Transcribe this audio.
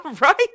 right